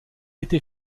été